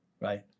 right